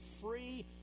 free